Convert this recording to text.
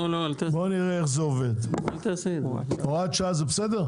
בוא נראה איך זה עובד, הוראת שעה זה בסדר?